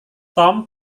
tom